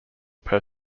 per